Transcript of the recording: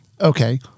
Okay